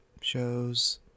shows